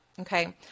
Okay